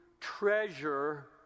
treasure